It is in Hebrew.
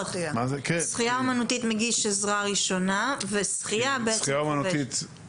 שחייה אומנותית מגיש עזרה ראשונה ושחייה חובש ברפואת חירום.